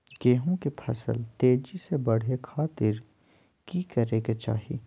गेहूं के फसल तेजी से बढ़े खातिर की करके चाहि?